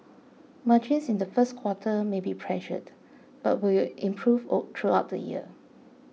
margins in the first quarter may be pressured but will improve all throughout the year